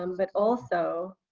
um but also